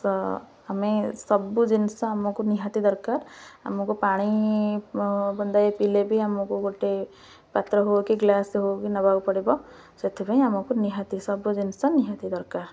ତ ଆମେ ସବୁ ଜିନିଷ ଆମକୁ ନିହାତି ଦରକାର ଆମକୁ ପାଣି ବୁନ୍ଦାଏ ପିଇଲେ ବି ଆମକୁ ଗୋଟେ ପାତ୍ର ହଉ କି ଗ୍ଲାସ୍ ହଉ କିି ନେବାକୁ ପଡ଼ିବ ସେଥିପାଇଁ ଆମକୁ ନିହାତି ସବୁ ଜିନିଷ ନିହାତି ଦରକାର